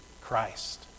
Christ